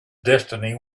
destiny